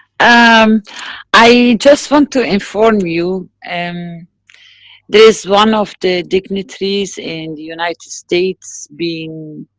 and um i just want to inform you, and there's one of the dignitaries in the united states, being,